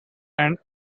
and